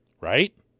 Right